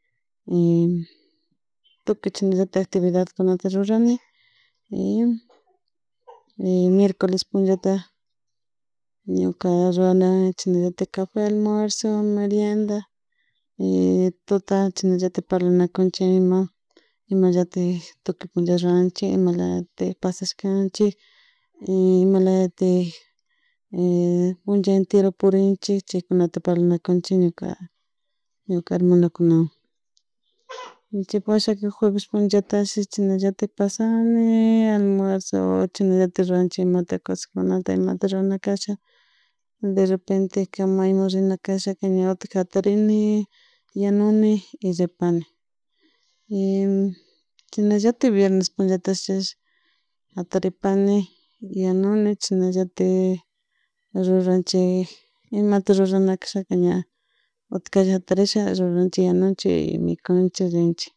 tukuy chasna actividad ñukata rrurani miercoles punllata ñuka rurani chasnllatak cafe, almuerzo, merienda tuta chashnalaltak parlanakunchik imallatik tukuy puncha ranchik imlatak pasas canchik imalyatik punlla entero purinchik chaykunata paranchik nuña hermanokunawan, chaypuk washa jueves punchatashi chashnallatik pasani almuerzo imata cosas kunta imata runa casha derrenpente kamay mu rinacashaka ña utka jatarini yanuni y ripani, chasnallatik viernes punllatishi jaripani yanuni, chasnalaltik ruranchik imta rurana kashasha ña utkalla jatarisha ruranchik yanunchik yanunchik minkunchik rinchik